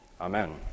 Amen